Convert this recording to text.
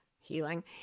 healing